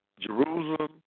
Jerusalem